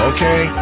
Okay